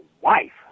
wife